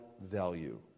value